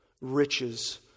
riches